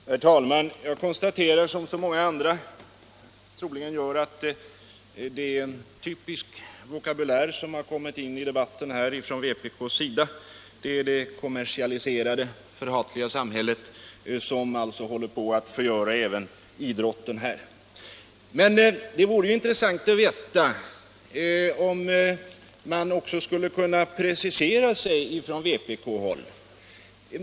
Herr talman! Jag konstaterar — som så många andra troligen gör — att det är en typisk vokabulär som vpk har fört in i debatten. Det kommersialiserade, förhatliga samhället håller alltså på att förgöra även idrotten här i landet. Det vore intressant att veta om man skulle kunna precisera sig från vpk-håll.